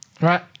Right